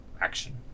action